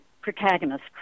protagonist